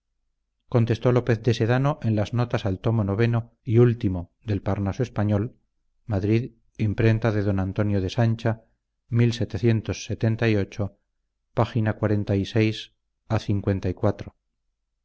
contestó lópez de sedano en las notas al tomo ix y último del parnaso español madrid impr de d antonio de sancha página a